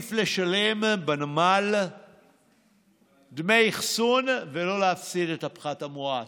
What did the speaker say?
עדיף לשלם בנמל דמי אחסון ולא להפסיד את הפחת המואץ,